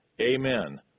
Amen